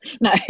No